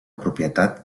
propietat